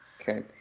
okay